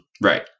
Right